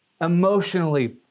emotionally